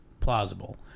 Plausible